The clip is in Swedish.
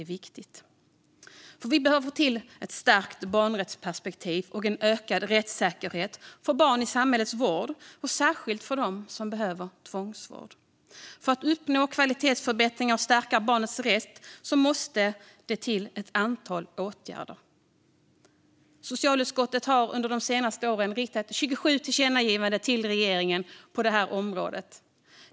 Vi behöver få till ett stärkt barnrättsperspektiv och en ökad rättssäkerhet för barn i samhällets vård, och särskilt för dem som behöver tvångsvård. För att uppnå kvalitetsförbättringar och stärka barnets rätt måste det till ett antal åtgärder. Socialutskottet har under de senaste åren föreslagit 27 tillkännagivanden till regeringen på detta område.